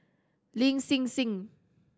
Lin Hsin Hsin